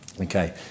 Okay